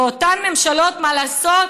אותן ממשלות, מה לעשות?